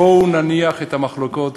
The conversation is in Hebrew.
בואו נניח את המחלוקות